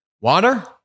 Water